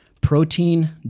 Protein